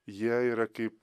jie yra kaip